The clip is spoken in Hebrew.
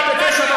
בא ב-09:00,